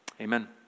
Amen